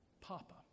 Papa